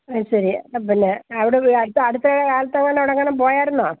അത് ശരി പിന്നെ അവിടെ അടുത്ത അടുത്ത കാലത്ത് എങ്ങാനും അവിടെ എങ്ങാനും പോയായിരുന്നോ